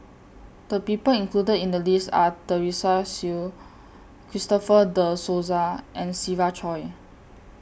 The People included in The list Are Teresa Hsu Christopher De Souza and Siva Choy